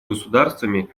государствами